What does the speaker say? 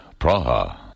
Praha